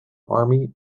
army